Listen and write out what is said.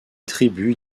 tribus